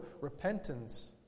repentance